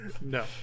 No